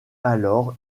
alors